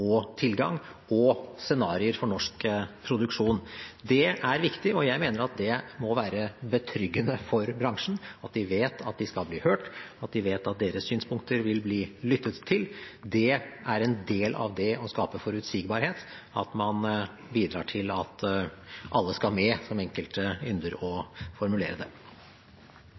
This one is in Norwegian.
for norsk produksjon. Det er viktig, og jeg mener at det må være betryggende for bransjen at de vet at de skal bli hørt, at de vet at deres synspunkter vil bli lyttet til. Det er en del av det å skape forutsigbarhet, at man bidrar til at alle skal med, som enkelte ynder å formulere det.